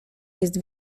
jest